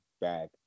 back